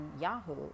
Yahoo